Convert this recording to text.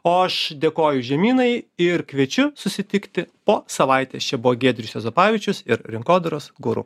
o aš dėkoju žemynai ir kviečiu susitikti po savaitės čia buvo giedrius juozapavičius ir rinkodaros guru